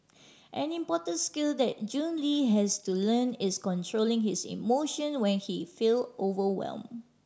an important skill that Jun Le has to learn is controlling his emotion when he feel overwhelm